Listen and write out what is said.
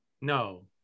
No